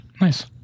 Nice